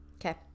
okay